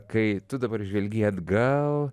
kai tu dabar žvelgi atgal